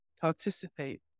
participate